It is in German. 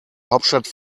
hauptstadt